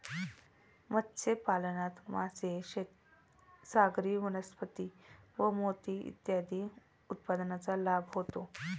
मत्स्यपालनात मासे, सागरी वनस्पती व मोती इत्यादी उत्पादनांचा लाभ होतो